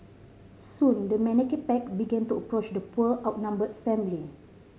soon the menacing pack began to approach the poor outnumbered family